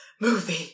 movie